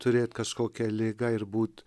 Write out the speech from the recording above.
turėt kažkokią ligą ir būt